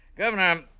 Governor